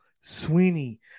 Sweeney